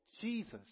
Jesus